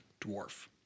dwarf